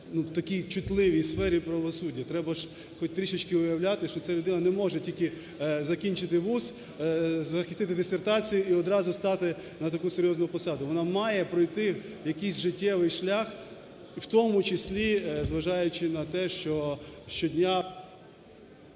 в такій чутливій сфері правосуддя. Треба ж хоч трішечки уявляти, що ця людина не може тільки закінчити вуз, захистити дисертацію і одразу стати на таку серйозну посаду. Вона має пройти якийсь життєвий шлях, в тому числі зважаючи на те, що щодня…